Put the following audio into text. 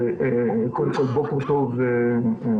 קודם כל בוקר טוב לכולם.